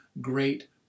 great